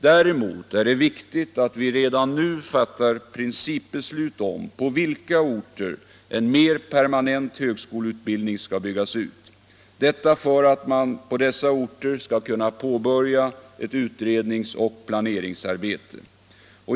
Däremot är det viktigt att vi redan nu fattar ett principbeslut om på vilka orter en mer permanent högskoleutbildning skall byggas ut, detta för att man på dessa orter skall kunna påbörja utredningsoch planeringsarbetet.